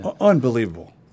Unbelievable